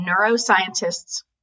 Neuroscientist's